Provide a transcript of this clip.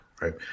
right